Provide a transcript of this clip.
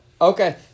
okay